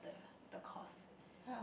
the course